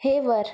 ہیوَر